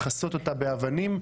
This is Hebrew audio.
לכסות אותה באבנים,